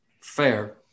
fair